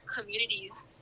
communities